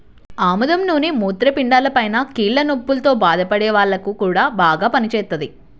ఆముదం నూనె మూత్రపిండాలపైన, కీళ్ల నొప్పుల్తో బాధపడే వాల్లకి గూడా బాగా పనిజేత్తది